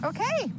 Okay